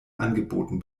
angeboten